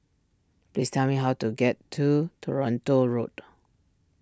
please tell me how to get to Toronto Road